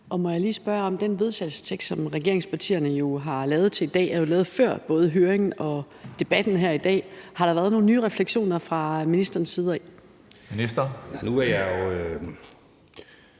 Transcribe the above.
Jeg må lige spørge til den vedtagelsestekst, som regeringspartierne har lavet til i dag, og som jo er lavet før både høringen og debatten her i dag: Har der været nogen nye refleksioner fra ministerens side af? Kl. 12:33 Tredje